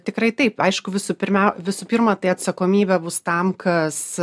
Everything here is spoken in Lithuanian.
tikrai taip aišku visų pirmiau visų pirma tai atsakomybė bus tam kas